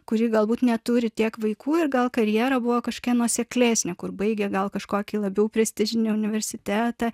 kuri galbūt neturi tiek vaikų ir gal karjera buvo kažkieno seklesnė kur baigia gal kažkokį labiau prestižinį universitetą